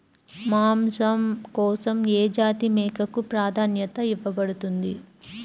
మాంసం కోసం ఏ జాతి మేకకు ప్రాధాన్యత ఇవ్వబడుతుంది?